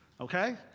okay